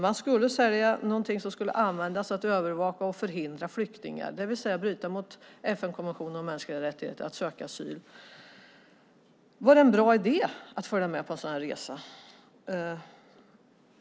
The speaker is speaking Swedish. Man skulle sälja någonting som skulle användas för att övervaka och förhindra flyktingar att söka asyl, det vill säga bryta mot FN-konventionen om mänskliga rättigheter. Var det en bra idé att följa med på en sådan resa?